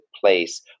place